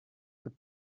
could